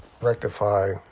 rectify